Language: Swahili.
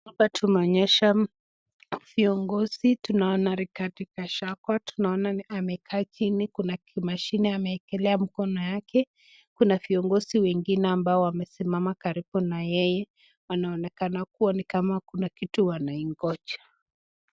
hapa tumeonyeshwa viongozi tunaona Rigathi Gachagua tunaona amekaa chini kuna kimashine ameekelea mkono yake kuna viongozi wengine ambao wamesimama karibu na yeye wanaonekana kuwa ni kama kuna kitu wanangoja